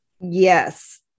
Yes